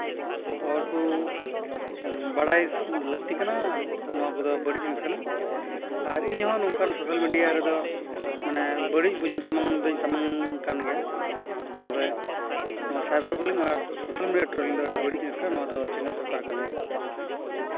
ᱱᱚᱣᱟᱠᱚ ᱵᱟᱲᱟᱭ ᱞᱟᱹᱠᱛᱤ ᱠᱟᱱᱟ ᱱᱚᱣᱟ ᱠᱚᱫᱚ ᱵᱟᱹᱲᱤᱡ ᱡᱤᱱᱤᱥ ᱠᱟᱱᱟ ᱟᱨ ᱤᱧᱦᱚᱸ ᱱᱚᱝᱠᱟᱱ ᱥᱳᱥᱟᱞ ᱢᱤᱰᱤᱭᱟ ᱨᱮᱫᱚ ᱢᱟᱱᱮ ᱵᱟᱹᱲᱤᱡ ᱵᱩᱡᱩᱱ ᱥᱟᱢᱟᱝ ᱫᱚᱧ ᱥᱟᱢᱟᱝ ᱠᱟᱱ ᱜᱮᱭᱟ ᱛᱚᱵᱮ ᱱᱚᱣᱟ ᱥᱟᱭᱵᱟᱨ ᱵᱚᱞᱤᱝ ᱟᱨ ᱥᱳᱥᱟᱞ ᱢᱤᱰᱤᱭᱟ ᱴᱨᱚᱞᱤᱝ ᱫᱚ ᱟᱹᱰᱤ ᱵᱟᱹᱲᱤᱡ ᱡᱤᱱᱤᱥ ᱠᱟᱱᱟ ᱱᱚᱣᱟ ᱫᱚ ᱪᱮᱸᱜᱷᱟᱜ ᱫᱚᱨᱠᱟᱨ ᱠᱟᱱ ᱜᱮᱭᱟ